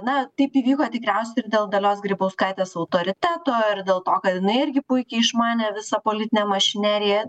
na taip įvyko tikriausiai ir dėl dalios grybauskaitės autoriteto ir dėl to kad jinai irgi puikiai išmanė visą politinę mašineriją